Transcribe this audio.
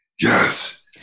Yes